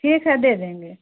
ठीक है दे देंगे